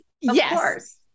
Yes